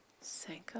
Sanka